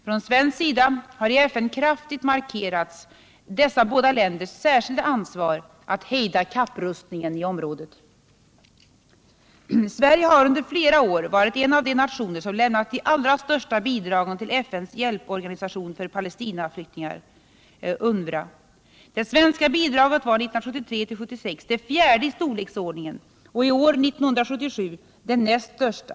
Från svensk sida har i FN kraftigt markerats dessa båda länders = ställningstagande i särskilda ansvar att hejda kapparustningen i området. Mellanösternkon Sverige har under flera år varit en av de nationer som lämnat de allra — flikten största bidragen till FN:s hjälporganisation för Palestinaflyktingar, UNRWA. Det svenska bidraget var 1973-1976 det fjärde i storleksordningen och i år, 1977, det näst största.